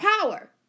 power